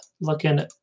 looking